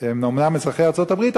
שהם אומנם אזרחי ארצות-הברית,